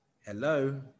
Hello